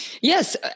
Yes